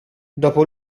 dopo